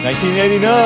1989